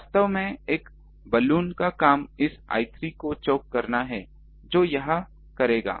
वास्तव में एक बलून का काम इस I3 को चोक करना है जो यह करेगा